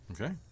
Okay